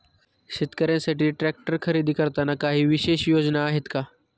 शेतकऱ्यांसाठी ट्रॅक्टर खरेदी करताना काही विशेष योजना आहेत का?